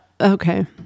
okay